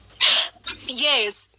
Yes